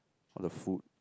all the food